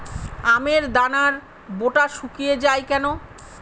আমের দানার বোঁটা শুকিয়ে য়ায় কেন?